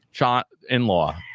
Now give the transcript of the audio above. in-law